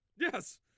Yes